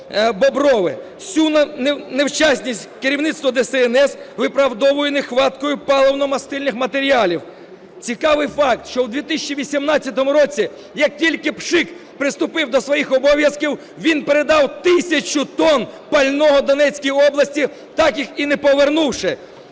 Боброве. Всю невчасність керівництво ДСНС виправдовує нехваткою паливно-мастильних матеріалів. Цікавий факт, що у 2018 році, як тільки Пшик приступив до своїх обов'язків, він передав тисячу тонн пального Донецькій області, так їх і не повернувши.